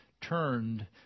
turned